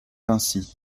ainsi